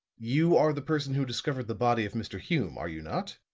you are the person who discovered the body of mr. hume, are you not?